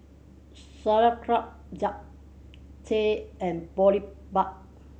Sauerkraut Japchae and Boribap